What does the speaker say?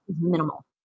minimal